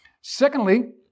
Secondly